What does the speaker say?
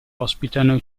ospitano